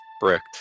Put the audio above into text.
bricked